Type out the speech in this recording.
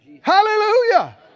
Hallelujah